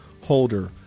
Holder